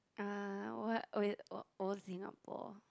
uh what old old old Singapore